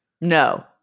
No